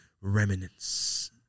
remnants